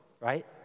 right